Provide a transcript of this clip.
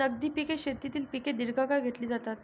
नगदी पिके शेतीतील पिके दीर्घकाळ घेतली जातात